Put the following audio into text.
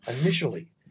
Initially